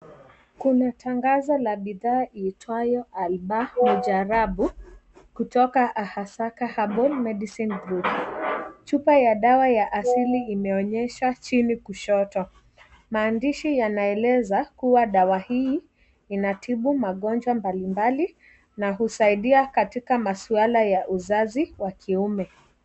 Kuna tangazo la bidhaa iitwayo ALBAA MUJARRABU kutoka Ahasaka Herbal Medicine Group chupa ya dawa ya asili imeonyesha chini kushoto, maandishi yanaeleza kuwa dawa hii inatibu magonjwa mbalimbali na husaidia katika masuala ya uzazi wa kiume.